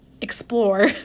explore